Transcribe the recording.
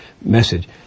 message